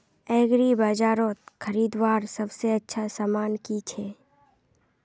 एग्रीबाजारोत खरीदवार सबसे अच्छा सामान की छे?